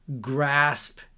grasp